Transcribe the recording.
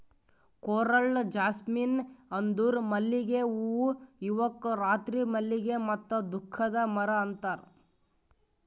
coral jasmine ಅಂದುರ್ ಮಲ್ಲಿಗೆ ಹೂವು ಇವುಕ್ ರಾತ್ರಿ ಮಲ್ಲಿಗೆ ಮತ್ತ ದುಃಖದ ಮರ ಅಂತಾರ್